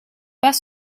pas